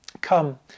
come